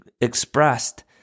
expressed